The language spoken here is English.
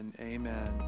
amen